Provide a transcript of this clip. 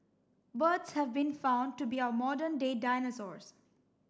birds have been found to be our modern day dinosaurs